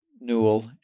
Newell